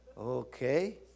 Okay